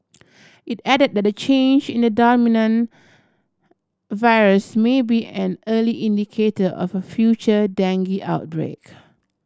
it added that the change in the dominant virus may be an early indicator of a future dengue outbreak